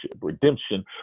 redemption